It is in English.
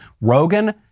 Rogan